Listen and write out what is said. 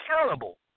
accountable